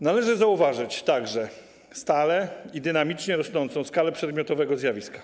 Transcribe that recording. Należy zauważyć także stale i dynamicznie rosnącą skalę przedmiotowego zjawiska.